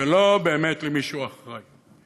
ולא באמת למי שהוא אחראי לו.